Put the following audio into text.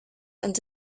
and